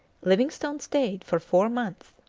livingstone stayed for four months.